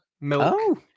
milk